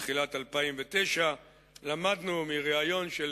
ובתחילת 2009 למדנו מריאיון של